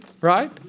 right